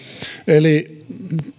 eli